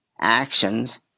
actions